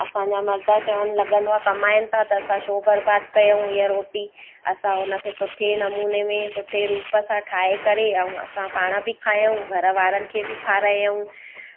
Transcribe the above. असांजा मर्द चवणु लॻंदो आहे कमाइनि था त असां छो बर्बाद कयऊं ईअ रोटी असां हुन खे सुठे नमूने में सुठे रूप सां ठाहे करे ऐं असां पाण बि खाईंदा आहियूं घर वारनि खे बि खारायूं